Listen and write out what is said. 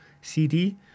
CD